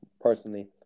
personally